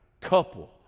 couple